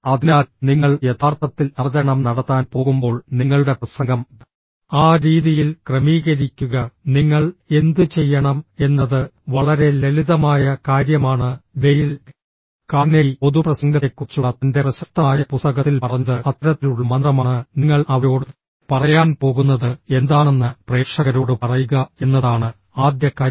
അതിനാൽ നിങ്ങൾ യഥാർത്ഥത്തിൽ അവതരണം നടത്താൻ പോകുമ്പോൾ നിങ്ങളുടെ പ്രസംഗം ആ രീതിയിൽ ക്രമീകരിക്കുക നിങ്ങൾ എന്തുചെയ്യണം എന്നത് വളരെ ലളിതമായ കാര്യമാണ് ഡെയ്ൽ കാർനെഗി പൊതുപ്രസംഗത്തെക്കുറിച്ചുള്ള തന്റെ പ്രശസ്തമായ പുസ്തകത്തിൽ പറഞ്ഞത് അത്തരത്തിലുള്ള മന്ത്രമാണ് നിങ്ങൾ അവരോട് പറയാൻ പോകുന്നത് എന്താണെന്ന് പ്രേക്ഷകരോട് പറയുക എന്നതാണ് ആദ്യ കാര്യം